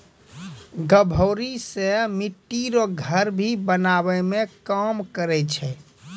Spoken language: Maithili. गभोरी से मिट्टी रो घर भी बनाबै मे काम करै छै